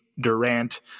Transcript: Durant